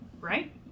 right